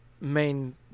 main